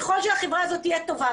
ככל שהחברה הזאת תהיה טובה,